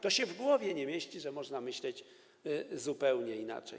To się w głowie nie mieści, że można myśleć zupełnie inaczej.